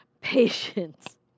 patience